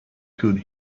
could